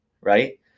Right